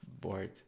bored